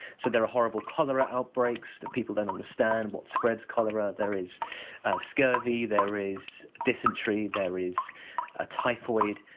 so there are horrible cholera outbreaks, people don't understand what spreads cholera there is scurvy, there is dysentery, there is ah typhoid.